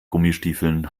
gummistiefeln